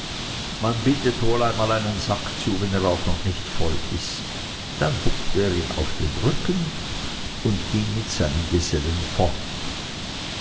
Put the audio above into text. man bindet wohl einmal einen sack zu wenn er auch noch nicht voll ist dann huckte er ihn auf den rücken und ging mit seinen gesellen fort